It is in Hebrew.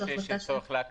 אני לא חושב שצריך לקרוא.